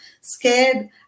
scared